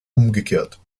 umgekehrt